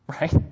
Right